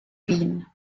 wien